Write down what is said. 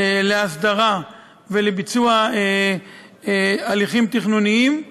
להסדרה ולביצוע של הליכים תכנוניים,